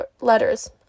letters